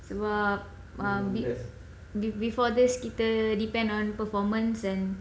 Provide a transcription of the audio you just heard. sebab ah before this kita depend on performance and